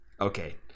okay